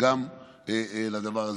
גם לדבר הזה.